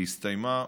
היא הסתיימה,